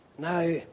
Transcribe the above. Now